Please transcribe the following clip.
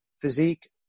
physique